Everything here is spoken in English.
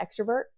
extrovert